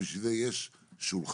בשביל זה יש שולחן,